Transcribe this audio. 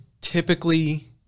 typically